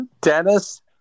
Dennis